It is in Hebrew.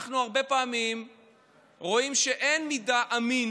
אנחנו הרבה פעמים רואים שאין מידע אמין